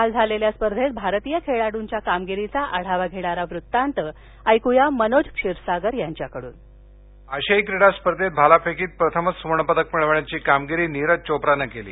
काल झालेल्या स्पर्धेत भारतीय खेळाडुंच्या कामगिरीचा आढावा घेणारा वृत्तांत मनोज क्षीरसागर यांच्याकडुन आशियाई क्रीडा स्पर्धेत भालाफेकीत प्रथमच सुवर्ण पदक मिळवण्याची कामगिरी नीरज चोप्रानं केली